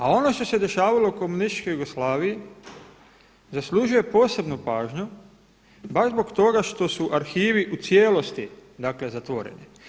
A ono što se dešavalo u komunističkoj Jugoslaviji, zaslužuje posebnu pažnju baš zbog toga što su arhivi u cijelosti zatvoreni.